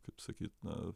kaip sakyt na